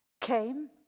came